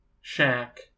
shack